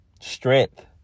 Strength